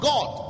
God